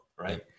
Right